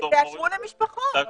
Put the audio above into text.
תאשרו למשפחות.